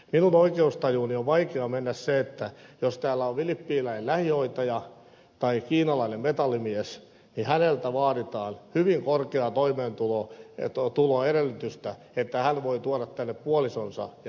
minun oikeustajuuni on vaikea mennä sen että jos täällä on filippiiniläinen lähihoitaja tai kiinalainen metallimies niin häneltä vaaditaan hyvin korkeaa toimeentuloedellytystä että hän voi tuoda tänne puolisonsa ja yhden lapsensa